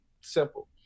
simple